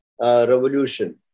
revolution